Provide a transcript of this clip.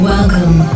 Welcome